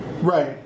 Right